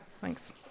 thanks